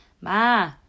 Ma